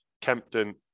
Kempton